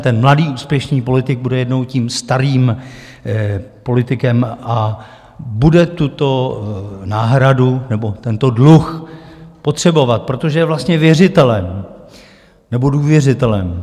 Ten mladý úspěšný politik bude jednou tím starým politikem a bude tuto náhradu nebo tento dluh potřebovat, protože je vlastně věřitelem, nebo důvěřitelem.